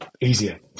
Easier